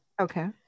Okay